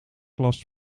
last